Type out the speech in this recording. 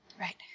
right